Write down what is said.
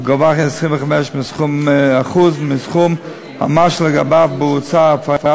בגובה 25% מסכום המס שלגביו בוצעה ההפרה